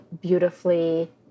beautifully